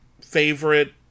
favorite